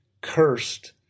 cursed